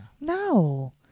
No